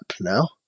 now